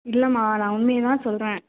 இல்லைம்மா நான் உண்மையை தான் சொல்கிறேன்